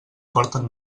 porten